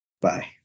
Bye